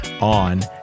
on